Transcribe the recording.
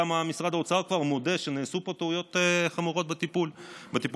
גם משרד האוצר כבר מודה שנעשו פה טעויות חמורות בטיפול הכלכלי.